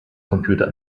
computer